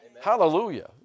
Hallelujah